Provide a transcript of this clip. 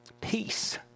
peace